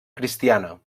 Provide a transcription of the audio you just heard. cristiana